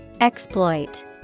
Exploit